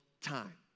time